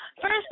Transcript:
First